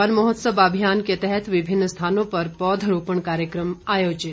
one महोत्सव अभियान के तहत विभिन्न स्थानों पर पौधरोपण कार्यक्रम आयोजित